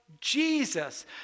Jesus